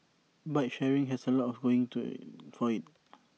bike sharing has A lot going to for IT